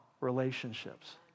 relationships